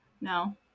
No